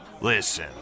Listen